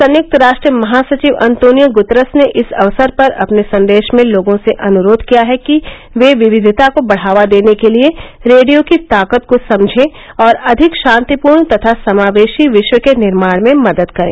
संयुक्त राष्ट्र महासचिव अंतोनियो गुतरस ने इस अवसर पर अपने संदेश में लोगों से अनुरोध किया है कि ये विविता को बढ़ावा देने के लिए रेंडियो की ताकत को समझे और अधिक शांतिपूर्ण तथा समावेशी विश्व के निर्माण में मदद करें